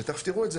ותכף תראו את זה,